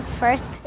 first